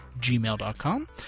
gmail.com